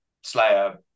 Slayer